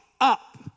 up